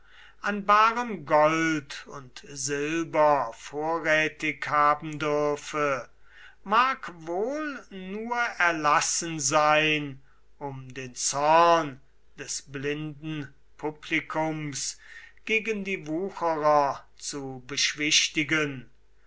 an barem gold und silber vorrätig haben dürfe mag wohl nur erlassen sein um den zorn des blinden publikums gegen die wucherer zu beschwichtigen